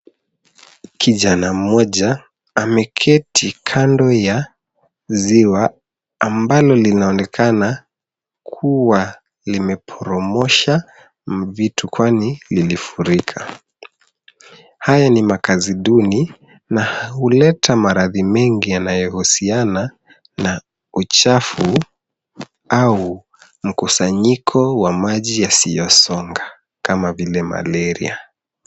Kijana mmoja ameketi kando ya ziwa ambalo linaonekana kuwa limeporomosha vitu kwani lilifurika. Haya ni makazi duni na huleta maradhi mengi yanayohusiana na uchafu au mkusanyiko wa maji yasiyosonga kama vile malaria.